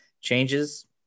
changes